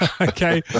Okay